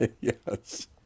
Yes